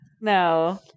No